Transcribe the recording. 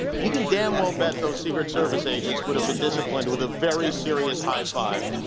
you can damn well bet those secret service agents would have been disciplined with a very serious high five.